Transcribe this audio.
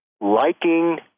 liking